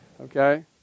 Okay